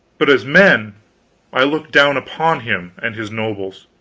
but as men i looked down upon him and his nobles